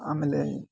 ಆಮೇಲೆ